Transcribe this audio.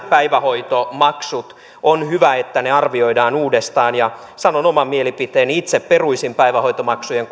päivähoitomaksut on hyvä että ne arvioidaan uudestaan ja sanon oman mielipiteeni eli itse peruisin päivähoitomaksujen